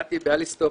ונתי ביאליסטוק,